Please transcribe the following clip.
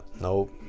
Nope